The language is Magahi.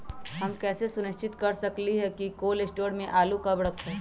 हम कैसे सुनिश्चित कर सकली ह कि कोल शटोर से आलू कब रखब?